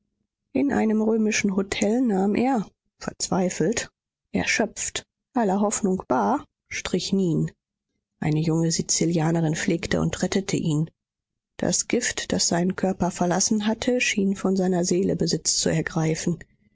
in einem römischen hotel nahm er verzweifelt erschöpft aller hoffnung bar strychnin eine junge sizilianerin pflegte und rettete ihn das gift das seinen körper verlassen hatte schien von seiner seele besitz zu ergreifen